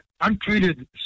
untreated